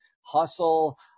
hustle